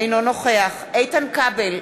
אינו נוכח איתן כבל,